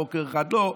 בוקר אחד לא.